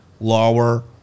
Lower